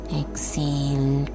exhale